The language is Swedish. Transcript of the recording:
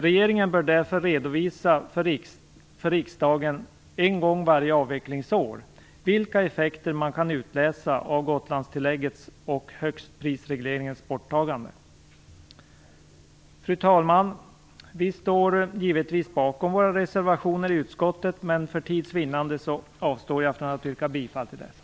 Regeringen bör därför redovisa för riksdagen en gång varje avvecklingsår vilka effekter man kan utläsa av Gotlandstilläggets och högstprisregleringens borttagande. Fru talman! Vi står givetvis bakom våra reservationer i utskottet, men för tids vinnande avstår jag från att yrka bifall till dessa.